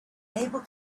able